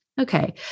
Okay